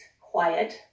quiet